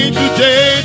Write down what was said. today